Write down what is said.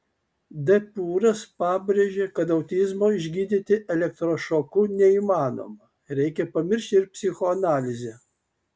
d pūras pabrėžė kad autizmo išgydyti elektrošoku neįmanoma reikia pamiršti ir psichoanalizę